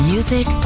Music